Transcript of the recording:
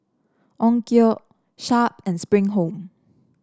Onkyo Sharp and Spring Home